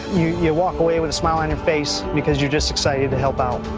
you walk away with a smile on your face, because you're just excited to help out.